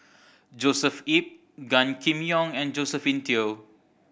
Joshua Ip Gan Kim Yong and Josephine Teo